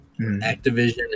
Activision